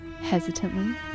hesitantly